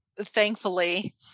thankfully